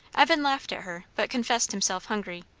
evan laughed at her, but confessed himself hungry,